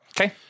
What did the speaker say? Okay